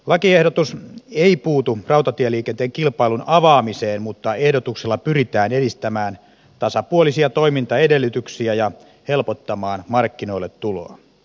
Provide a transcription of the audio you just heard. lakiehdotus ei puutu rautatieliikenteen kilpailun avaamiseen mutta ehdotuksella pyritään edistämään tasapuolisia toimintaedellytyksiä ja helpottamaan markkinoille tuloa